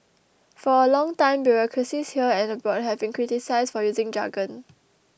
for a long time bureaucracies here and abroad have been criticised for using jargon